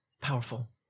powerful